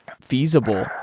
feasible